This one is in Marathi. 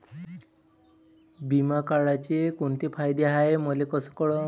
बिमा काढाचे कोंते फायदे हाय मले कस कळन?